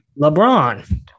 LeBron